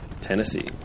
Tennessee